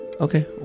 Okay